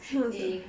eh